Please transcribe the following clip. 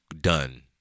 Done